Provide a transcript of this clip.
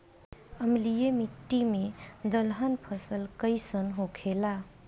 अम्लीय मिट्टी मे दलहन फसल कइसन होखेला?